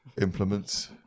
implements